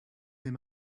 him